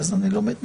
אז אני לומד ממך.